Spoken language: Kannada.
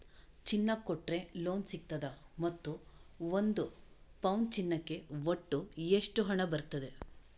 ಚಿನ್ನ ಕೊಟ್ರೆ ಲೋನ್ ಸಿಗ್ತದಾ ಮತ್ತು ಒಂದು ಪೌನು ಚಿನ್ನಕ್ಕೆ ಒಟ್ಟು ಎಷ್ಟು ಹಣ ಬರ್ತದೆ?